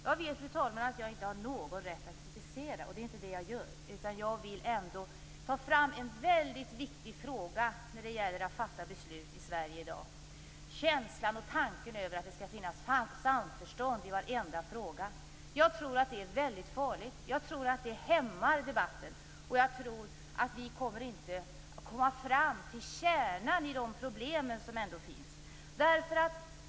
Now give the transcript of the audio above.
Jag vet, fru talman, att jag inte har någon rätt att kritisera, och det är inte det jag gör. Men jag vill ändå ta fram en väldigt viktig fråga när det gäller att fatta beslut i dag. Det är känslan av och tanken på att det skall finnas samförstånd i varenda fråga. Jag tror att det är farligt och att det hämmar debatten. Jag tror inte heller att vi kommer att komma fram till kärnan i de problem som finns.